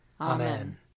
Amen